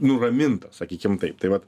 nuramintas sakykim taip tai vat